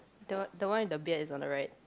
the the one with the beard is on the right